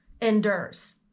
endures